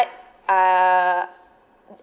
uh